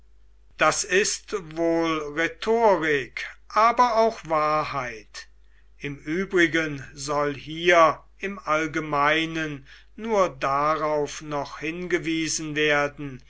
das ist wohl rhetorik aber auch wahrheit im übrigen soll hier im allgemeinen nur darauf noch hingewiesen werden